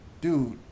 dude